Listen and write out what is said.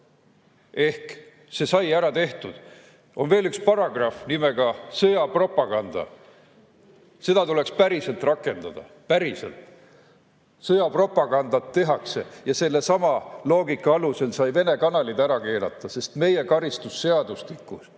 See sai ära tehtud. On veel üks paragrahv nimega "Sõjapropaganda". Seda tuleks päriselt rakendada. Päriselt! Sõjapropagandat tehakse ja sellesama loogika alusel sai Vene kanalid ära keelata, sest meie karistusseadustikus